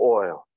oil